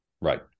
Right